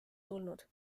tulnud